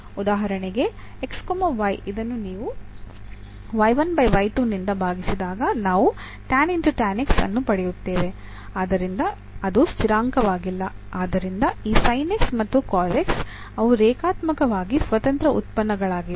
ಉದಾಹರಣೆಗೆ ಇದನ್ನು ನೀವು ನಿಂದ ಭಾಗಿಸಿದಾಗ ನಾವು ಅನ್ನು ಪಡೆಯುತ್ತೇವೆ ಆದ್ದರಿಂದ ಅದು ಸ್ಥಿರಾಂಕವಾಗಿಲ್ಲ ಆದ್ದರಿಂದ ಈ sin x ಮತ್ತು cos x ಅವು ರೇಖಾತ್ಮಕವಾಗಿ ಸ್ವತಂತ್ರ ಉತ್ಪನ್ನಗಳಾಗಿವೆ